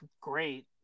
great